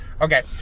Okay